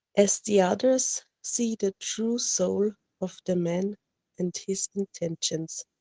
as the others see the true soul of the man and his intentions.